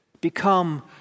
become